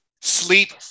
Sleep